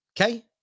Okay